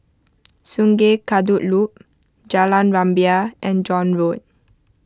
Sungei Kadut Loop Jalan Rumbia and John Road